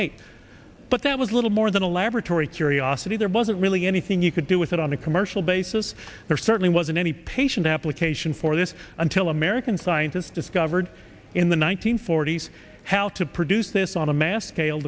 eight but that was little more than a laboratory curiosity there wasn't really anything you could do with a on a commercial basis there certainly wasn't any patient application for this until american scientists discovered in the one nine hundred forty s how to produce this on a mass scale